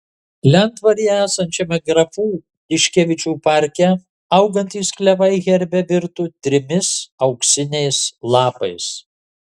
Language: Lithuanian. lentvaryje esančiame grafų tiškevičių parke augantys klevai herbe virto trimis auksiniais lapais